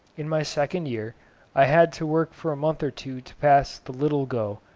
in my second year i had to work for a month or two to pass the little-go,